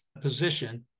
position